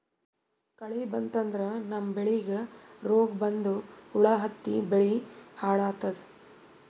ಕಳಿ ಬಂತಂದ್ರ ನಮ್ಮ್ ಬೆಳಿಗ್ ರೋಗ್ ಬಂದು ಹುಳಾ ಹತ್ತಿ ಬೆಳಿ ಹಾಳಾತದ್